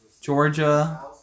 Georgia